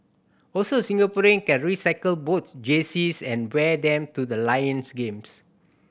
also Singaporean can recycle both jerseys and wear them to the Lions games